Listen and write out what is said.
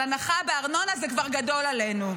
אבל הנחה בארנונה זה כבר גדול עלינו.